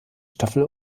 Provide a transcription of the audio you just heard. staffel